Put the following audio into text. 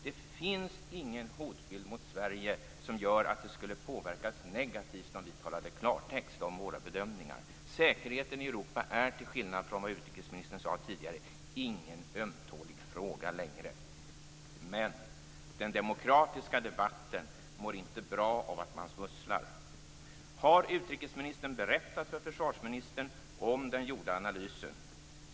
Det finns ingen hotbild mot Sverige som gör att det skulle vara negativt om vi talade klartext om våra bedömningar. Säkerheten i Europa är till skillnad från vad utrikesministern sade tidigare ingen ömtålig fråga längre. Men den demokratiska debatten mår inte bra av att man smusslar. Har utrikesministern berättat för försvarsministern om den gjorda analysen?